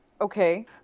okay